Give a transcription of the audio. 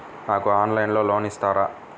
నాకు ఆన్లైన్లో లోన్ ఇస్తారా?